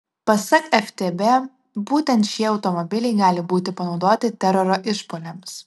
pasak ftb būtent šie automobiliai gali būti panaudoti teroro išpuoliams